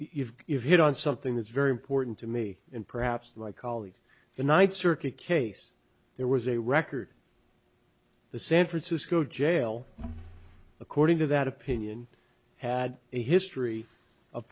you've you've hit on something that's very important to me and perhaps my colleagues the ninth circuit case there was a record the san francisco jail according to that opinion had a history of